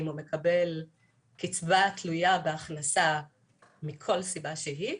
אם הוא מקבל קצבה תלויה בהכנסה מכל סיבה שהיא,